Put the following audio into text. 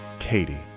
Katie